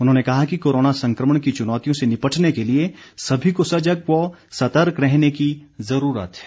उन्होंने कहा कि कोरोना संक्रमण की चुनौतियों से निपटने के लिए सभी को सजग व सतर्क रहने की जरूरत है